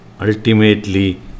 ultimately